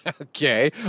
Okay